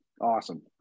awesome